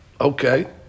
Okay